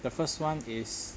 the first one is